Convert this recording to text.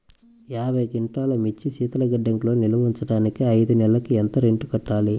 యాభై క్వింటాల్లు మిర్చి శీతల గిడ్డంగిలో నిల్వ ఉంచటానికి ఐదు నెలలకి ఎంత రెంట్ కట్టాలి?